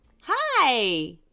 Hi